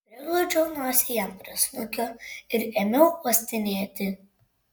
priglaudžiau nosį jam prie snukio ir ėmiau uostinėti